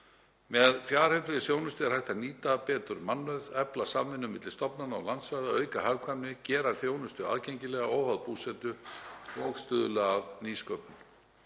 Með fjarheilbrigðisþjónustu er hægt að nýta betur mannauð, efla samvinnu milli stofnana og landsvæða, auka hagkvæmni, gera þjónustu aðgengilega óháð búsetu og stuðla að nýsköpun.